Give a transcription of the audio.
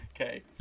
Okay